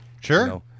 Sure